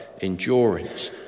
endurance